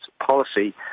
policy